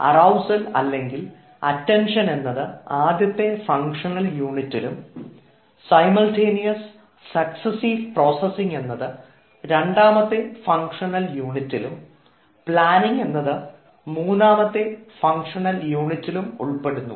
arousal അല്ലെങ്കിൽ attention എന്നത് ആദ്യത്തെ ഫങ്ഷണൽ യൂണിറ്റിലും സൈമൾടെനിയസ് സക്സ്സീവ് പ്രോസസിംഗ് എന്നത് രണ്ടാമത്തെ ഫംഗ്ഷണൽ യൂണിറ്റിലും പ്ലാനിങ് എന്നത് മൂന്നാമത്തെ ഫംഗ്ഷണൽ യൂണിറ്റിലും ഉൾപ്പെടുന്നു